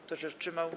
Kto się wstrzymał?